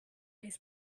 his